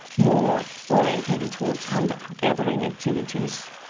more orientated towards hunter-gathering activities.